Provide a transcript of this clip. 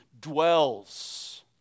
dwells